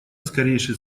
скорейший